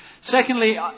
Secondly